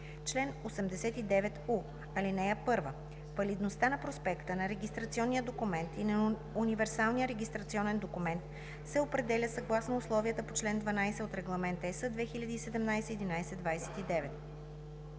Чл. 89у. (1) Валидността на проспекта, на регистрационния документ и на универсалния регистрационен документ се определя съгласно условията по чл. 12 от Регламент (EС) 2017/1129.